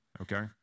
okay